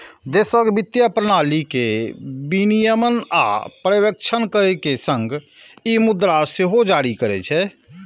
देशक वित्तीय प्रणाली के विनियमन आ पर्यवेक्षण करै के संग ई मुद्रा सेहो जारी करै छै